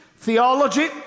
theology